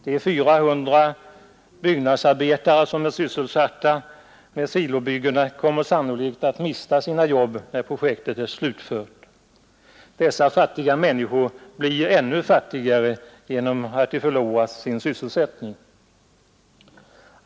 De 400 byggnadsarbetare som är sysselsatta med silobyggena kommer sannolikt att mista sina jobb när projektet är slutfört. Dessa fattiga människor blir ännu fattigare genom att de förlorar sin sysselsättning.